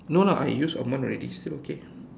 no lah I use a month already still okay